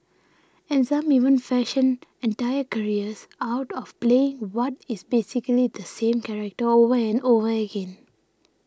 and some even fashion entire careers out of playing what is basically the same character over and over again